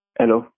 Hello